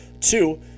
Two